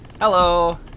hello